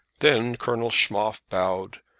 then colonel schmoff bowed,